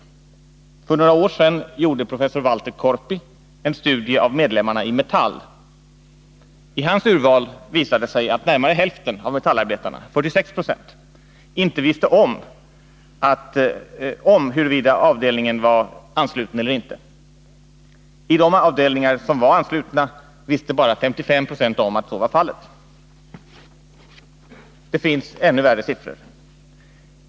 För några år sedan gjorde professor Walter Korpi en studie om medlemmar i Metall. I hans urval visade det sig att närmare hälften av metallarbetarna, 46 96 inte visste om huruvida avdelningen var ansluten eller inte. I de avdelningar som var anslutna visste bara 55 26 om att så var fallet. Det finns ännu värre siffror.